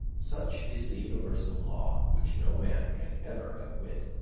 such is the universal law, which no man can ever outwit,